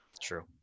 True